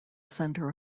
center